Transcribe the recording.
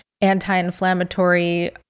anti-inflammatory